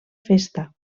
festa